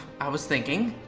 i was thinking,